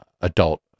adult